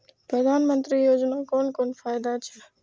प्रधानमंत्री योजना कोन कोन फायदा छै?